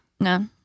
No